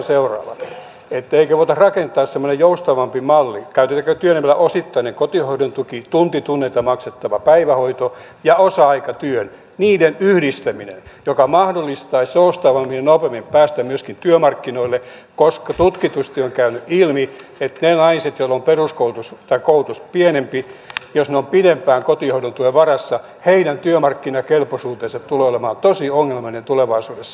eikö voitaisi rakentaa semmoinen joustavampi malli käytetäänkö työnimeä osittainen kotihoidon tuki tunti tunnilta maksettavan päivähoidon ja osa aikatyön yhdistäminen joka mahdollistaisi joustavammin ja nopeammin pääsyn myöskin työmarkkinoille koska tutkitusti on käynyt ilmi että niiden naisten joilla on peruskoulutus tai pienempi koulutus jos he ovat pidempään kotihoidon tuen varassa työmarkkinakelpoisuus tulee olemaan tosi ongelmainen tulevaisuudessa